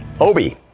Obi